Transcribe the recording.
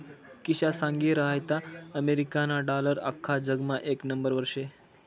किशा सांगी रहायंता अमेरिकाना डालर आख्खा जगमा येक नंबरवर शे